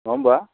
नङा होनब्ला